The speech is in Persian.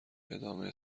ادامه